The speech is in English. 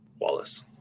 Wallace